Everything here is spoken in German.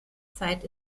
zeit